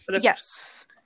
Yes